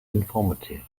informative